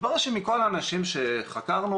התברר שמכל האנשים שחקרנו,